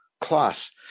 class